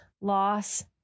loss